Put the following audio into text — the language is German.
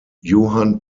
johann